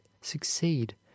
succeed